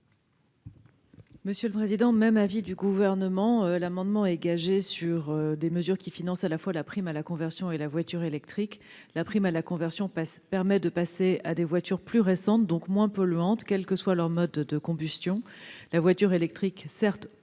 monsieur le président. L'amendement est gagé sur des mesures qui financent à la fois la prime à la conversion et la voiture électrique. Or la prime à la conversion permet de passer à des voitures plus récentes, donc moins polluantes, quel que soit leur mode de combustion. Certes, la voiture électrique pose